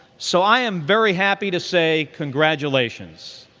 so i am very happy to say congratulations.